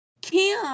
Kim